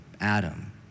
Adam